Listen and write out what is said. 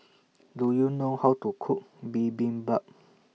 Do YOU know How to Cook Bibimbap